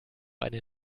eine